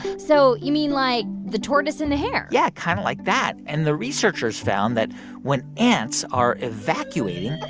so you mean like the tortoise and the hare? yeah. kind of like that. and the researchers found that when ants are evacuating,